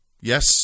Yes